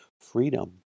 Freedom